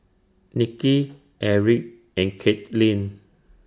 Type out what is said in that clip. Niki Eric and Katelyn